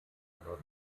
aber